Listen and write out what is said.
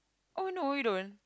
oh no you don't